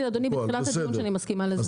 אמרתי אדוני בתחילת הדיון שאני מסכימה לזה.